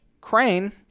Crane